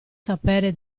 sapere